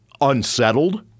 unsettled